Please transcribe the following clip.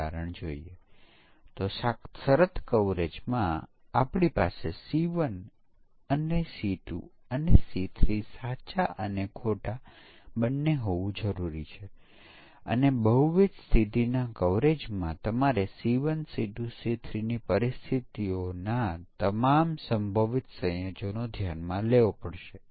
ઉદાહરણ તરીકે ચાલો આપણે કહીએ કે ટેલિફોન નંબર માટેનો ક્ષેત્ર કોડ 10000 અને 90000 ની વચ્ચેનો હોય છે